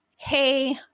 Hey